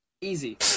Easy